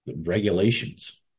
regulations